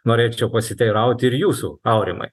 norėčiau pasiteirauti ir jūsų aurimai